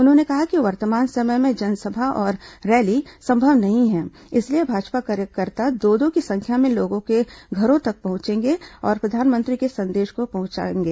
उन्होंने कहा कि वर्तमान समय में जनसभा और रैली संभव नहीं है इसलिए भाजपा कार्यकर्ता दो दो की संख्या में लोगों के घरों तक पहुंचकर प्रधानमंत्री के संदेश को पहुंचा रहे हैं